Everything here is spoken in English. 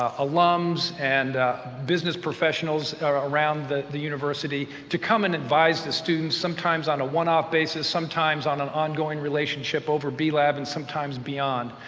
ah alums, and business professionals around the the university to come and advise the students, sometimes on a one-off basis, sometimes on an ongoing relationship over b-lab and sometimes beyond.